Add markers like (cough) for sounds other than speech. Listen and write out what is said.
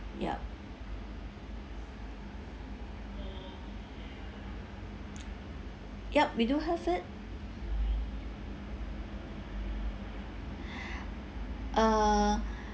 yup yup we do have it (breath) uh